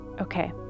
okay